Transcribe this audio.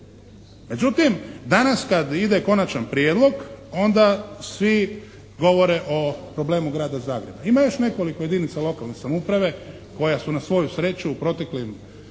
Međutim, danas kad ide konačan prijedlog onda svi govore o problemu grada Zagreba. Ima još nekoliko jedinica lokalne samouprave koje su na svoju sreću u proteklim